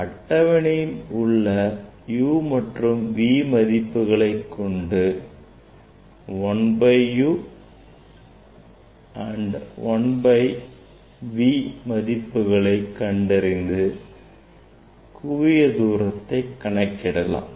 அட்டவணையில் உள்ள u மற்றும் v மதிப்புகளை கொண்டு 1 by u and 1 by v மதிப்புகளை கண்டறிந்து குவியத்தூரத்தை கணக்கிடலாம்